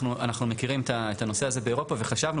אנחנו מכירים את הנושא הזה באירופה וחשבנו